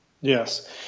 Yes